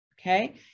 okay